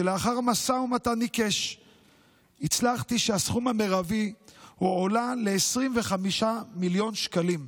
שלאחר משא ומתן עיקש הצלחתי שהסכום המרבי יועלה ל-25 מיליון שקלים.